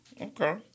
Okay